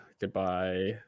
Goodbye